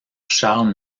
charles